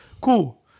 Cool